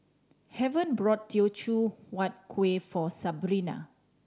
Heaven bought Teochew Huat Kuih for Sabrina